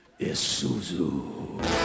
Isuzu